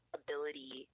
ability